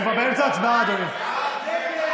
(תיקון,